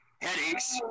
headaches